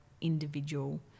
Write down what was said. individual